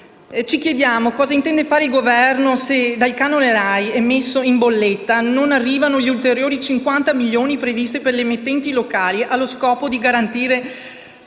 Ci chiediamo cosa intenda fare il Governo, se dal canone RAI messo in bolletta non arriveranno gli ulteriori 50 milioni previsti per le emittenti locali allo scopo di garantirne